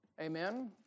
Amen